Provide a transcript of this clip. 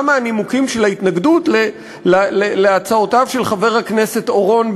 מהנימוקים של ההתנגדות להצעותיו של חבר הכנסת אורון,